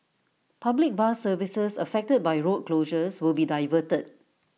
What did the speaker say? public bus services affected by the road closures will be diverted